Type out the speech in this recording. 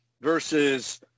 versus